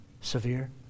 severe